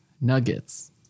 nuggets